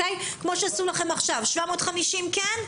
כמו שעשו לכם עכשיו עם 750 כן,